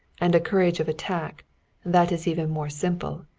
and a courage of attack that is even more simple.